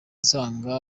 nsanga